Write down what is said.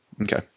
okay